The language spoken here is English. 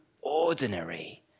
ordinary